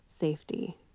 safety